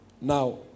Now